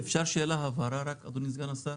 אפשר שאלת הבהרה אדוני סגן השר?